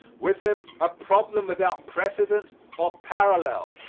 with him, a problem without precedent or parallel.